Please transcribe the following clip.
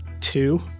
Two